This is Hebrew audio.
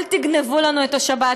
אל תגנבו לנו את השבת.